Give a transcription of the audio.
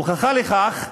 הוכחה לכך,